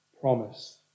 promise